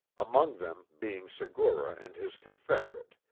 among them being segura and his confederate,